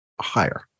higher